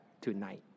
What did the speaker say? tonight